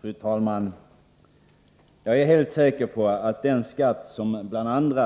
Fru talman! Jag är helt säker på att en av de skatter som